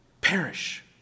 perish